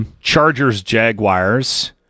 Chargers-Jaguars